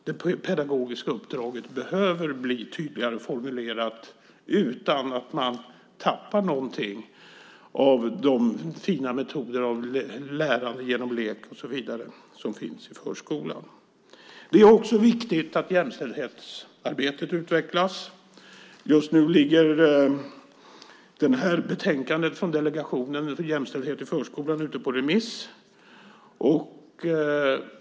Det pedagogiska uppdraget behöver bli tydligare formulerat utan att man tappar någonting av de fina metoder med lärande genom lek och så vidare som finns i förskolan. Det är också viktigt att jämställdhetsarbetet utvecklas. Just nu ligger betänkandet från Delegationen för jämställdhet i förskolan ute på remiss.